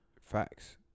Facts